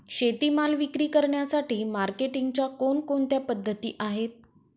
शेतीमाल विक्री करण्यासाठी मार्केटिंगच्या कोणकोणत्या पद्धती आहेत?